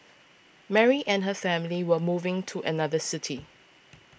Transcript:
Mary and her family were moving to another city